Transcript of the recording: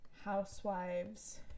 housewives